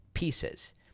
pieces